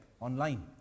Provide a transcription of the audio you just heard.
online